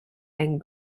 and